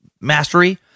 mastery